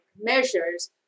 measures